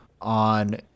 on